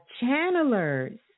channelers